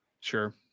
sure